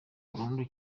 burundu